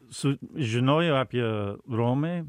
su žinojau apie romai